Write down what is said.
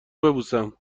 ببوسم